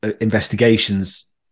investigations